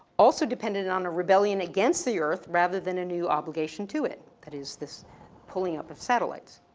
also depended on a rebellion against the earth, rather than a new obligation to it. that is this pulling up of satellites.